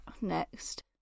next